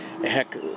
Heck